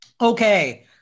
okay